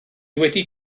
wedi